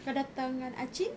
kau datang dengan achin